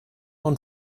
und